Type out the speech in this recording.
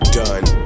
done